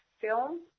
film